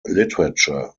literature